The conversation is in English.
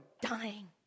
dying